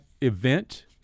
event